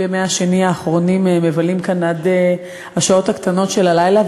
ימי שני האחרונים מבלים כאן עד השעות הקטנות של הלילה,